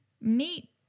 Meet